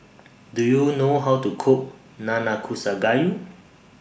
Do YOU know How to Cook Nanakusa Gayu